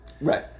Right